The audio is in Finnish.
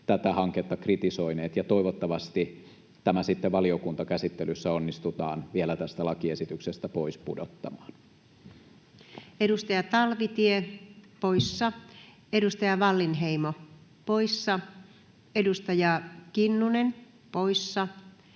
tätä hanketta kritisoineet, ja toivottavasti tämä sitten valiokuntakäsittelyssä onnistutaan vielä tästä lakiesityksestä pois pudottamaan. Edustaja Talvitie poissa, edustaja Wallinheimo poissa, edustaja Kinnunen poissa,